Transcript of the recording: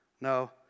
No